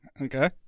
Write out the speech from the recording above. Okay